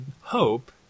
hope